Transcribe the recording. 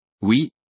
Oui